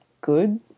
good